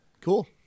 cool